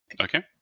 Okay